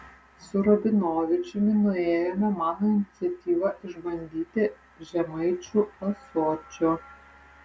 su rabinovičiumi nuėjome mano iniciatyva išbandyti žemaičių ąsočio